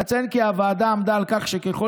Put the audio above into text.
אציין כי הוועדה עמדה על כך שככל